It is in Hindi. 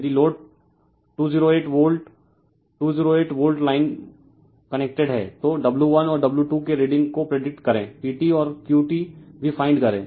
यदि load 208 volt 208 volt line connected है तो W1 और W2 के रीडिंग को प्रिडिक्ट करें PT और Q T भी फाइंड करे